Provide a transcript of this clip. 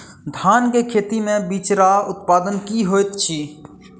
धान केँ खेती मे बिचरा उत्पादन की होइत छी?